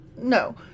No